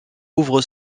ouvre